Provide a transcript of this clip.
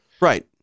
Right